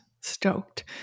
stoked